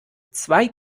zwei